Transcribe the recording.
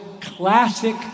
classic